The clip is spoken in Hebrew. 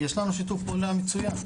יש לנו שיתוף פעולה מצוין.